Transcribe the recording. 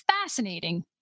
fascinating